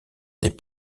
des